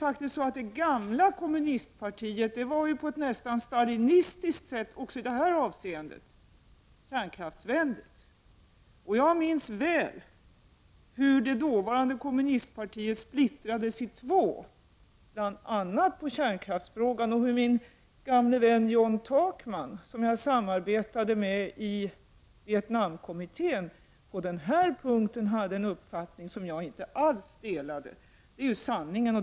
Det gamla kommunistpartiet var faktiskt på ett nästan stalinistiskt sätt också i detta avseende kärnkraftsvänligt. Jag minns väl hur det dåvarande kommunistpartiet splittrades i två bl.a. på kärnkraftsfrågan och hur min gamle vän John Takman, som jag samarbetade med i Vietnamkommittén, på denna punkt hade en uppfattning som jag inte alls delade. Detta är sanningen.